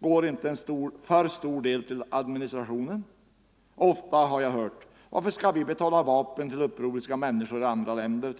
Går inte en för stor del till administration? Ofta har jag hört: Varför skall vi betala vapen till upproriska människor i andra länder?